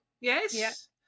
Yes